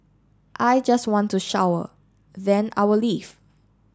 I just want to shower then I will leave